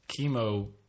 chemo